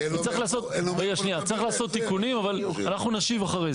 צריך לעשות תיקונים, אבל אנחנו נשיב אחרי זה.